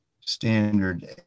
standard